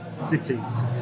cities